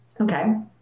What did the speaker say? Okay